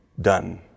done